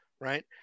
Right